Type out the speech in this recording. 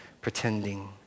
pretending